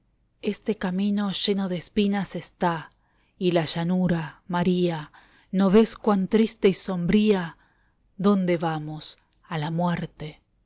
este camino lleno de espinas está y la llanura maría no vés cuan triste y sombría dónde vamos a la muerte